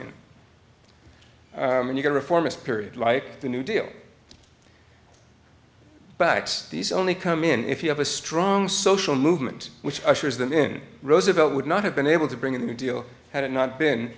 in and you get a reformist period like the new deal backs these only come in if you have a strong social movement which assures them in roosevelt would not have been able to bring in a new deal had it not been